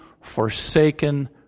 forsaken